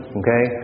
okay